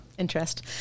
interest